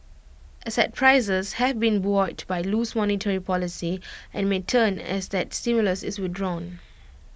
asset prices have been buoyed by loose monetary policy and may turn as that stimulus is withdrawn